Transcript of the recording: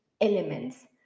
elements